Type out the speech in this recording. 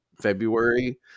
February